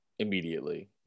Immediately